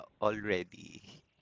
already